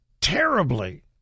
terribly